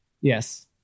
yes